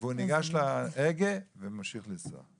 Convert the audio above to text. הוא ניגש להגה וממשיך לנסוע.